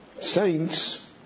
saints